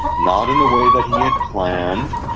not in the way that he had planned,